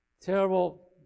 Terrible